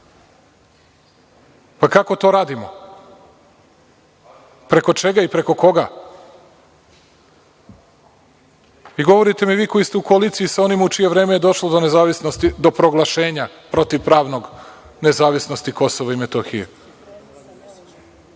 Pa, kako to radimo? Preko čega i preko koga? I govorite mi vi koji ste u koaliciji sa onima u čije vreme je došlo do proglašenja protiv pravnog nezavisnosti Kosova i Metohije. Mesečno